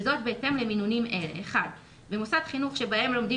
וזאת בהתאם למינונים אלה: במוסדות חינוך שבהם לומדים